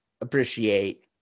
appreciate